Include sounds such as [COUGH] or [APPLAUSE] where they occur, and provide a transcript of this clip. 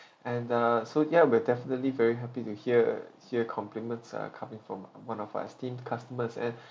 and uh so ya we're definitely very happy to hear hear compliments ah coming from one of our esteemed customers and [BREATH]